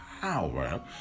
power